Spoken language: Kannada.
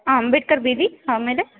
ಹಾಂ ಅಂಬೇಡ್ಕರ್ ಬೀದಿ ಆಮೇಲೆ